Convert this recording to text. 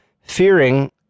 fearing